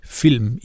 film